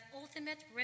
ultimate